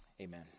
Amen